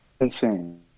Insane